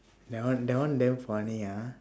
that one that one damn funny ah